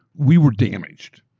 we were damaged.